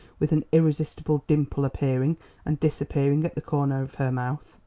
with an irresistible dimple appearing and disappearing at the corner of her mouth.